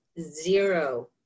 zero